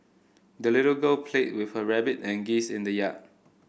the little girl played with her rabbit and geese in the yard